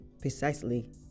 precisely